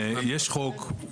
יש חוק.